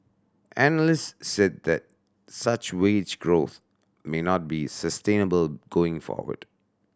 analysts said that such wage growth may not be sustainable going forward